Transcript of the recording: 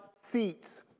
seats